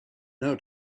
know